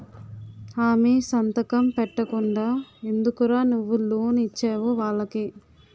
హామీ సంతకం పెట్టకుండా ఎందుకురా నువ్వు లోన్ ఇచ్చేవు వాళ్ళకి